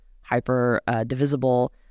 hyper-divisible